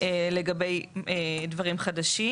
וגם לגבי דברים חדשים.